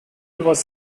was